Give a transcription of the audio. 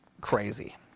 crazy